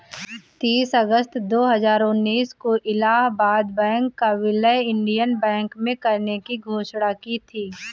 तीस अगस्त दो हजार उन्नीस को इलाहबाद बैंक का विलय इंडियन बैंक में करने की घोषणा की थी